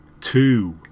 two